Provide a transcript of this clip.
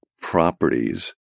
properties